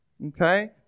Okay